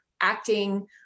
acting